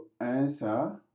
answer